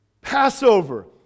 Passover